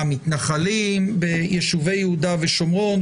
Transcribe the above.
המתנחלים ביישובי יהודה ושומרון,